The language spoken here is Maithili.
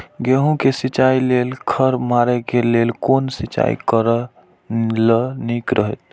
गेहूँ के सिंचाई लेल खर मारे के लेल कोन सिंचाई करे ल नीक रहैत?